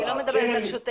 אני לא מדברת על שוטף.